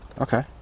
okay